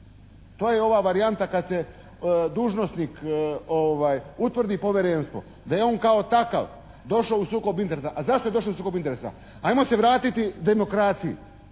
To je ova varijanta kad se dužnosnik utvrdi povjerenstvo da je on kao takav došao u sukob interesa. A zašto je došao u sukob interesa? Ajmo se vratiti demokraciji.